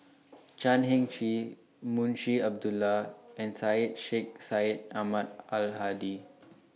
Chan Heng Chee Munshi Abdullah and Syed Sheikh Syed Ahmad Al Hadi